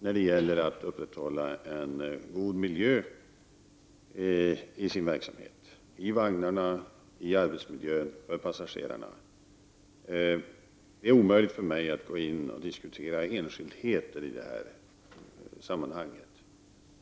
att så är fallet när det gäller att upprätthålla en god miljö i verksamheten — i vagnarna, när det gäller arbetsmiljön och för passagerarna. Det är omöjligt för mig att gå in och diskutera enskildheter i detta sammanhang.